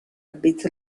bit